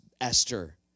Esther